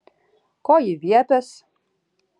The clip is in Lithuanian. ko ji viepias